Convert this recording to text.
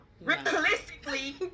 realistically